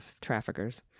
traffickers